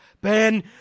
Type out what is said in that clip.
Ben